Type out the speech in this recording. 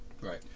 Right